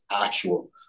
actual